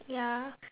ya